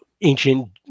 ancient